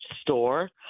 store